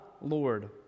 Lord